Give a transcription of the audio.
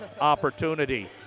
opportunity